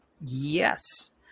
yes